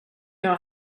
jag